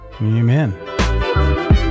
amen